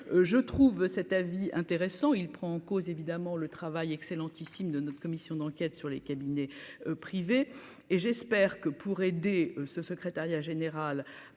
je trouve cet avis intéressant, il prend en cause évidemment le travail excellentissime de notre commission d'enquête sur les cabinets privés et j'espère que pour aider ce secrétariat général